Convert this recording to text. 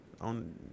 On